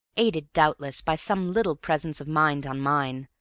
aided, doubtless, by some little presence of mind on mine,